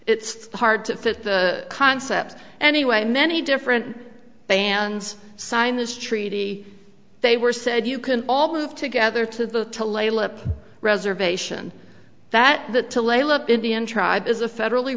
it's hard to fit the concept anyway many different bands signed this treaty they were said you can all move together to the to lay lip reservation that that to lay low indian tribe is a federally